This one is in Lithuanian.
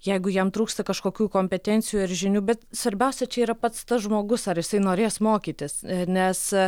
jeigu jam trūksta kažkokių kompetencijų ir žinių bet svarbiausia čia yra pats tas žmogus ar jisai norės mokytis nes